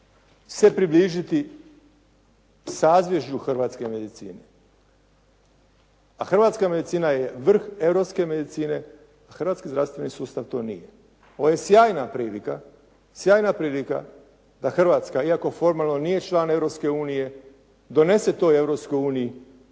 se približiti sazvježđu hrvatske medicine. A hrvatska medicina je vrh europske medicine, a hrvatski zdravstveni sustav to nije. Ovo je sjajna prilika da Hrvatska iako formalno nije član Europske unije donese toj Europskoj uniji